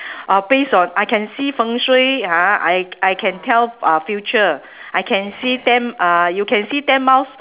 uh based on I can see fengshui ha I I can tell uh future I can see ten uh you can see ten months